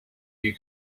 you